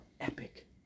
epic